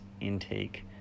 intake